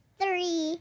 Three